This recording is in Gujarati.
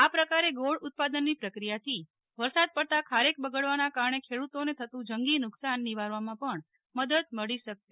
આ પ્રકારે ગોળ ઉત્પાદનની પ્રક્રિયાથી વરસાદ પડતાં ખારેક બગડવાનાં કારણે ખેડૂતોને થતું જંગી નુકસાન નિવારવામાં પણ મદદ મળી શકશે